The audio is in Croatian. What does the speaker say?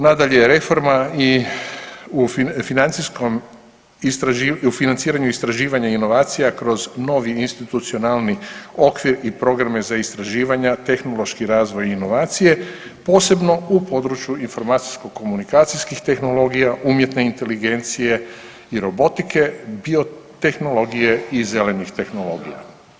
Nadalje, reforma i u financijskom, u financiranju istraživanja inovacija kroz novi institucionalni okvir i programe za istraživanja, tehnološki razvoj i inovacije, posebno u području informatičko komunikacijskih tehnologija, umjetne inteligencije i robotike, biotehnologije i zelenih tehnologija.